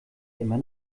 immer